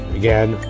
again